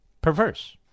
perverse